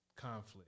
conflict